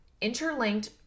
interlinked